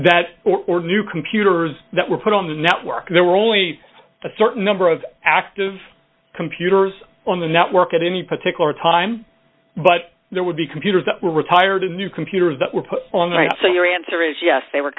that or new computers that were put on the network there were only a certain number of active computers on the network at any particular time but there would be computers that were retired new computers that were put on the right so your answer is yes they were